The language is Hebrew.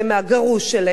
מהגרוש שלהן,